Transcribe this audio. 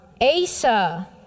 Asa